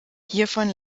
hiervon